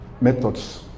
methods